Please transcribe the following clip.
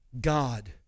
God